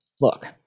look